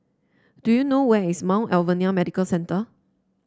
do you know where is Mount Alvernia Medical Centre